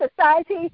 Society